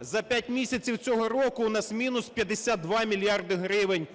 За п'ять місяців цього року у нас мінус 52 мільярди гривень